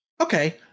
Okay